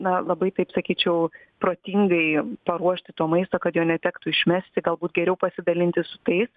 na labai taip sakyčiau protingai paruošti to maisto kad jo netektų išmesti galbūt geriau pasidalinti su tais